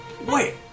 Wait